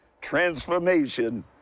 transformation